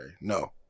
No